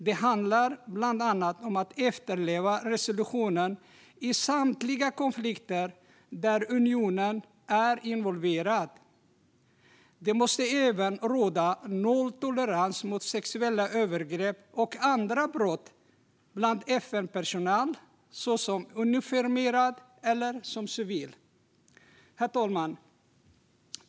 Det handlar bland annat om att resolutionen ska efterlevas i samtliga konflikter där unionen är involverad. Det måste även råda nolltolerans mot sexuella övergrepp och andra brott bland FN-personal, såväl uniformerad som civil. Herr talman!